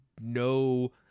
no